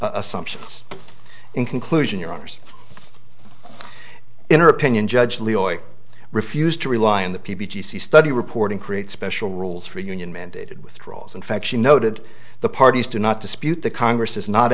assumptions in conclusion your honour's in her opinion judge leroy refused to rely on the p b g c study reporting create special rules for union mandated withdrawals in fact she noted the parties do not dispute the congress has not